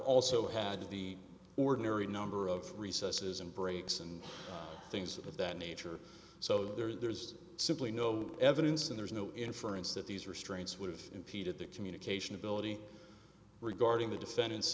also had the ordinary number of recesses and breaks and things of that nature so there's simply no evidence and there's no inference that these restraints would have impeded the communication ability regarding the